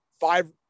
five